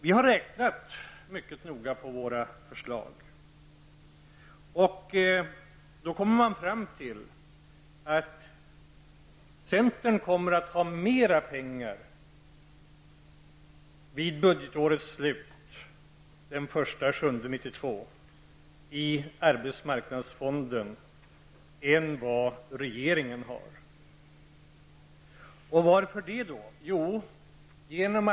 Våra förslag bygger på mycket noggranna uträkningar. Slutsatsen är att centern kommer att ha mera pengar vid budgetårets slut den 1 juli 1992 i arbetsmarknadsfonden än vad regeringen kommer att ha. Hur kan det då komma sig?